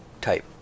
type